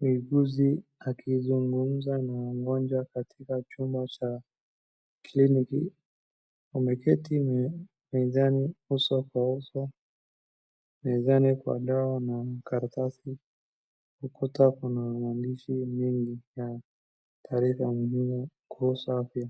muuguzi akizungumza na mgonjwa katika chumba cha kliniki. Wameketi mezani uso kwa uso, mezani kwa dawa na karatasi . Ukuta kuna maandishi mingi sana, taarifa muhimu kuhusu afya.